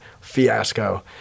fiasco